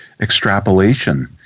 extrapolation